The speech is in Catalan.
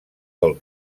del